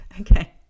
Okay